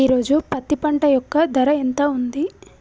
ఈ రోజు పత్తి పంట యొక్క ధర ఎంత ఉంది?